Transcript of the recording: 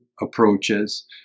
approaches